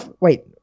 Wait